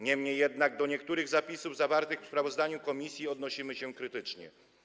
Niemniej jednak do niektórych zapisów zawartych w sprawozdaniu komisji odnosimy się krytycznie.